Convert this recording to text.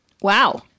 Wow